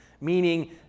meaning